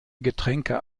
getränke